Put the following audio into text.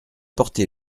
porter